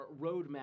roadmap